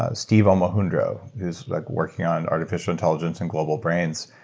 ah steve omohundro, who's like working on artificial intelligence and global brains,